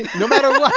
no matter what